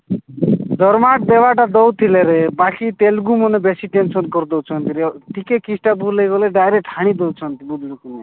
ଜର୍ମାଟ ଦେବାଟା ଦଉଥିଲେରେ ବାକି ତେଲୁଗୁ ମାନେ ବେଶୀ ଟେନସନ କରିଦଉଛନ୍ତି ଟିକେ କିସ୍ଟା ଭୁଲେଇ ଗଲେ ଡାଇରେକ୍ଟ ହାଣି ଦଉଛନ୍ତି ବୁଝୁଲୁକି